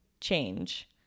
change